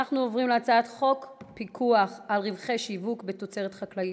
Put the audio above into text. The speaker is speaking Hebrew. אנחנו עוברים להצעת חוק פיקוח על רווחי שיווק בתוצרת חקלאית,